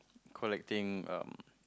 collecting um